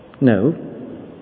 No